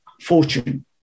fortune